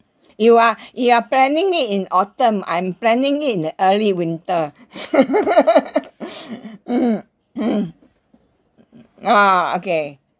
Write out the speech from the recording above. you are you are planning it in autumn I'm planning it in the early winter ah okay